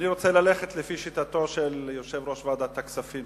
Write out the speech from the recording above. אני רוצה ללכת לפי שיטתו של יושב-ראש ועדת הכספים,